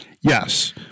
yes